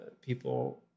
people